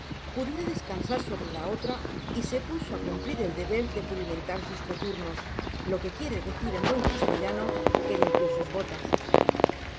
pudiera descansar sobre la otra y se puso á cumplir el deber de pulimentar sus coturnos lo que quiere decir en buen castellano que limpió sus botas